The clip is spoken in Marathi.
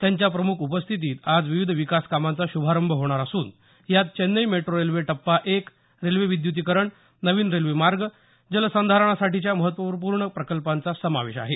त्यांच्या प्रमुख उपस्थितीत आज विविध विकास कामांचा शुभारंभ होणार असून यात चेन्नई मेट्रो रेल्वे टप्पा एक रेल्वे विद्युतीकरण नविन रेल्वे मार्ग जलसंधारणासाठीच्या महत्वपूर्ण प्रकल्पांचा समावेश आहे